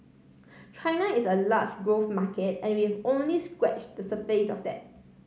China is a large growth market and we have only scratched the surface of that